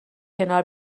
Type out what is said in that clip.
کنار